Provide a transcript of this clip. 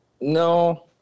No